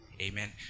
amen